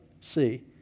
see